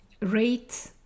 rate